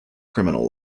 criminal